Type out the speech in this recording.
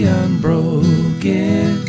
unbroken